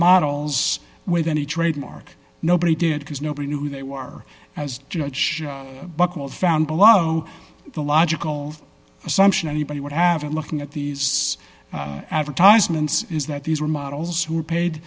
models with any trademark nobody did because nobody knew who they were as judge found below the logical assumption anybody would have it looking at these advertisements is that these were models who were paid